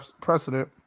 precedent